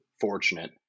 fortunate